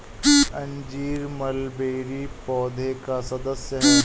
अंजीर मलबेरी पौधे का सदस्य है